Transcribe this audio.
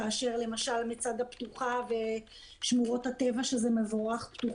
כאשר למשל מצדה פתוחה ושמורות הטבע פתוחות,